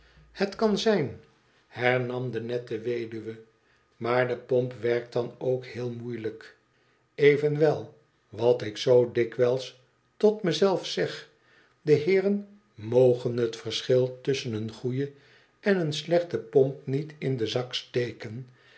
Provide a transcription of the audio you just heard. het kan zijn hernam de nette weduwe maar de pomp werkt dan ook heel moeiehjk evenwel wat ik zoo dikwijls tot me zelf zeg de heeren mogen t verschil tusschen een goeie en een slechte pomp niet in den zak steken